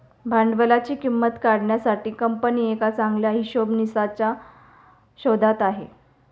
भांडवलाची किंमत काढण्यासाठी कंपनी एका चांगल्या हिशोबनीसच्या शोधात आहे